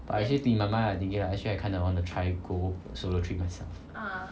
I actually in my mind I thinking like actually I kind of want to try go solo trip myself